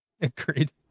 Agreed